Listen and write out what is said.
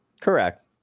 Correct